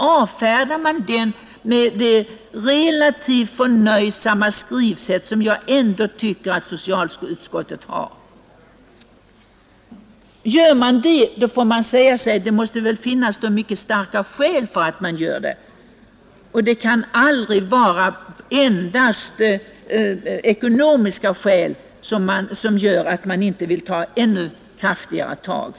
Avfärdar man henne med det relativt förnöjsamma skrivsätt som socialutskottet har åstad kommit? Gör man det, måste det väl finnas mycket starka skäl för detta. Det kan aldrig vara enbart ekonomiska skäl som hindrar kraftigare tag.